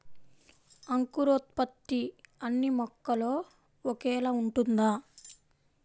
అంకురోత్పత్తి అన్నీ మొక్కలో ఒకేలా ఉంటుందా?